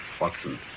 Watson